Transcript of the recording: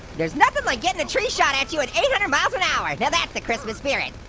there's nothing like gettin' a tree shot at you at eight hundred miles an hour, now that's the christmas spirit.